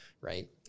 right